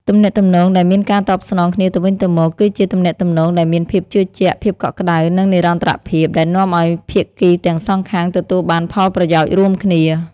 ទំនាក់ទំនងដែលមានការតបស្នងគ្នាទៅវិញទៅមក គឺជាទំនាក់ទំនងដែលមានភាពជឿជាក់ ភាពកក់ក្តៅ និងនិរន្តរភាព ដែលនាំឲ្យភាគីទាំងសងខាងទទួលបានផលប្រយោជន៍រួមគ្នា។